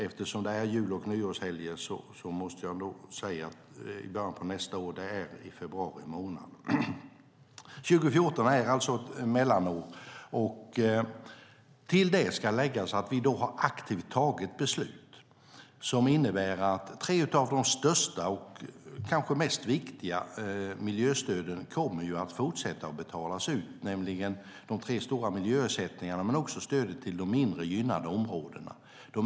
Eftersom det är jul och nyårshelger måste jag nog säga att början på nästa år är i februari månad. År 2014 är alltså ett mellanår. Till det ska läggas att vi aktivt har tagit beslut som innebär att tre av de största och kanske viktigaste miljöstöden kommer att fortsätta att betalas ut, nämligen de tre stora miljöersättningarna. Men också stödet till de mindre gynnade områdena kommer att fortsätta.